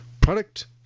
Product